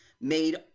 made